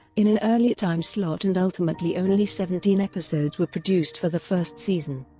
in an earlier time slot and ultimately only seventeen episodes were produced for the first season.